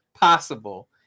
possible